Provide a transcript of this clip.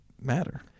matter